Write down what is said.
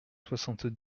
soixante